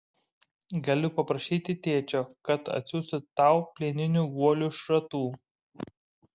galiu paprašyti tėčio kad atsiųstų tau plieninių guolių šratų